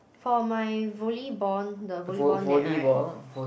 for my volleyball the volleyball net right